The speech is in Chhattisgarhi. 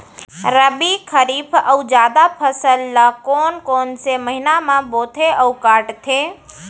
रबि, खरीफ अऊ जादा फसल ल कोन कोन से महीना म बोथे अऊ काटते?